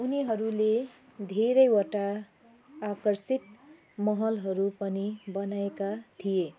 उनीहरूले धेरैवटा आकर्षित महलहरू पनि बनाएका थिए